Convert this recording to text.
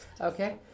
Okay